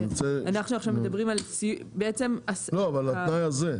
אנחנו עכשיו מדברים על --- אבל התנאי הזה,